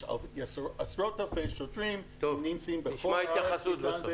יש עשרות אלפי שוטרים שנמצאים בכל הארץ,